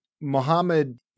Mohammed